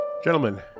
Gentlemen